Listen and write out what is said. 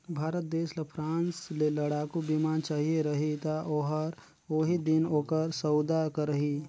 भारत देस ल फ्रांस ले लड़ाकू बिमान चाहिए रही ता ओहर ओही दिन ओकर सउदा करही